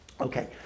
okay